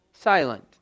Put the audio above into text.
silent